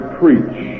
preach